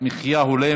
ההצעה תעבור